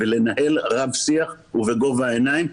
ולנהל רב-שיח ובגובה העיניים,